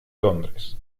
londres